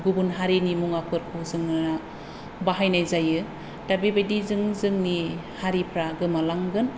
गुबुन हारिनि मुवाफोरखौ जोङो बाहायनाय जायो दा बेबादिजों जोंनि हारिफ्रा गोमालांगोन